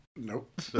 nope